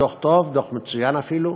דוח טוב, דוח מצוין אפילו.